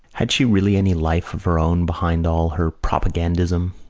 had she really any life of her own behind all her propagandism?